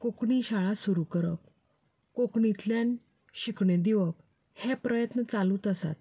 कोंकणी शाळा सुरू करप कोंकणींतल्यान शिकण्यो दिवप हे प्रयत्न चालूच आसात